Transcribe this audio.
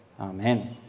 Amen